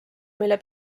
mille